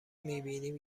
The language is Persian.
میبینیم